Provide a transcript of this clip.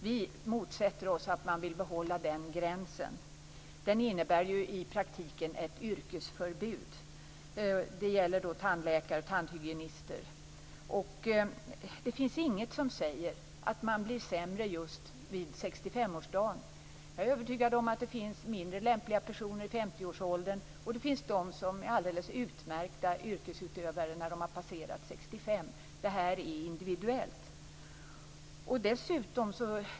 Vi motsätter oss att den gränsen behålls, som man ju vill. I praktiken innebär den ett yrkesförbud. Det gäller då tandläkare och tandhygienister. Det finns ingenting som säger att man blir sämre just vid 65-årsdagen. Jag är övertygad om att det finns mindre lämpliga personer i 50-årsåldern liksom det finns de som är alldeles utmärkta yrkesutövare efter att ha passerat 65. Det här är individuellt.